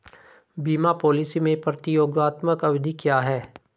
बीमा पॉलिसी में प्रतियोगात्मक अवधि क्या है?